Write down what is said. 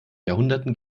jahrhunderten